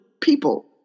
people